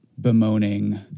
bemoaning